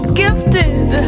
gifted